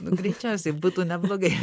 greičiausiai būtų neblogai